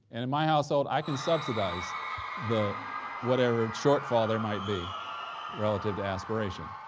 and in my household, i can subsidize the whatever shortfall there might be relative to aspiration,